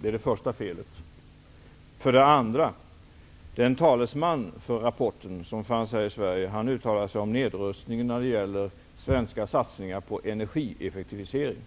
Det är det första felet. För det andra uttalade sig den talesman som fanns här i Sverige om nedrustningen när det gäller svenska satsningar på energieffektivisering.